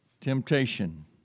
Temptation